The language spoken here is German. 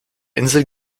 insel